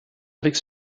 avec